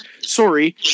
Sorry